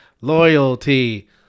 Loyalty